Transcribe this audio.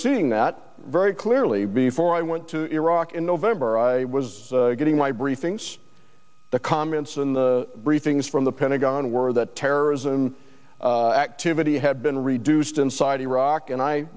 seeing that very clearly before i went to iraq in november i was getting my briefings the comments and the briefings from the pentagon worried that terrorism activity had been reduced inside iraq and i